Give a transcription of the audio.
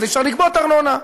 אז אי-אפשר לגבות ארנונה.